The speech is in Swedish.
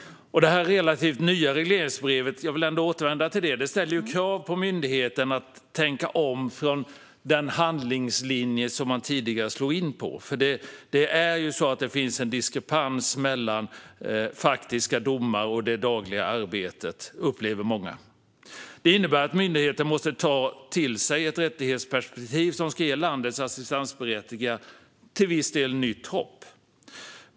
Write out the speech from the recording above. Det relativt nya regleringsbrevet - jag vill ändå återvända till det - ställer krav på myndigheten att tänka om i förhållande till den handlingslinje som man tidigare slog in på. Många upplever ju att det finns en diskrepans mellan faktiska domar och det dagliga arbetet. Detta innebär att myndigheten måste ta till sig ett rättighetsperspektiv som ska ge landets assistansberättigade till viss del nytt hopp.